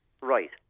Right